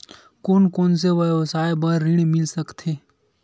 कोन कोन से व्यवसाय बर ऋण मिल सकथे?